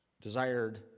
desired